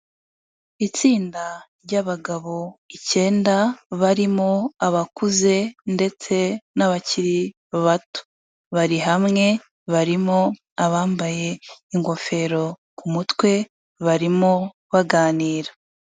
Itsinda ry'abagabo icyenda, barimo abakuze ndetse n'abakiri bato. Bari hamwe barimo abambaye ingofero ku mutwe, barimo baganira.